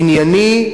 ענייני,